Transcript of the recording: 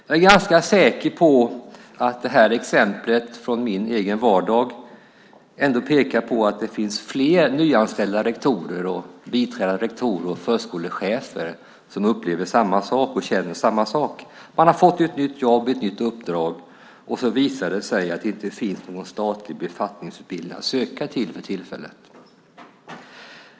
Jag är ganska säker på att exemplet från min egen vardag pekar på att det finns fler nyanställda rektorer, biträdande rektorer och förskolechefer som upplever, som känner, samma sak. Man har fått ett nytt jobb, ett nytt uppdrag. Men sedan visar det sig att det för tillfället inte finns någon statlig befattningsutbildning att söka till.